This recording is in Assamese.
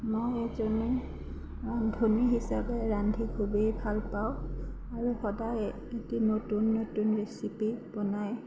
মই এজনী ৰান্ধনী হিচাপে ৰান্ধি খুবেই ভালপাওঁ আৰু সদায়েই এটি নতুন নতুন ৰেচিপি বনায়